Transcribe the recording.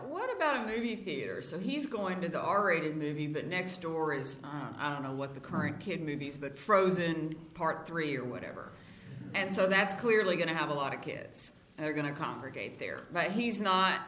what about a movie theater so he's going to the r rated movie but next door is i don't know what the current kid movies but frozen part three or whatever and so that's clearly going to have a lot of kids are going to congregate there but he's not